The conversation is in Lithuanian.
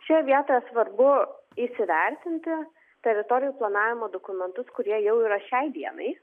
šioj vietoje svarbu įsivertinti teritorijų planavimo dokumentus kurie jau yra šiai dienai